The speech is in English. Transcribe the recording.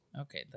Okay